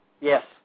Yes